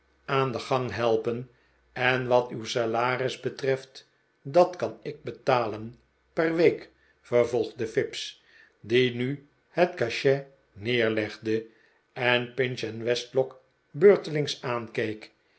aan den gang helpen en wat uw salaris betreft dat kan ik betalen per week vervolgde fips die nu het cachet neerlegde en pinch en westlock beurtelings aankeek